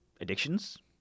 addictions